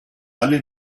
alle